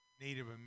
Native